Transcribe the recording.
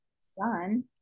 son